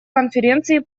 конференции